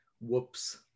whoops